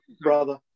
brother